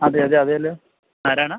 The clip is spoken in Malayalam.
അതെ അതെ അതെയല്ലോ ആരാണ്